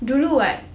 dulu [what]